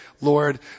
Lord